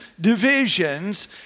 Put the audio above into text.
divisions